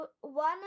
one